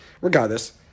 regardless